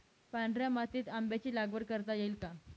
पांढऱ्या मातीत आंब्याची लागवड करता येईल का?